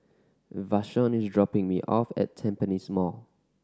Vashon is dropping me off at Tampines Mall